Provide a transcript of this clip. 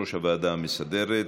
יושב-ראש הוועדה המסדרת.